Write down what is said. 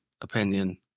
opinion